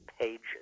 pages